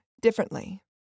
differently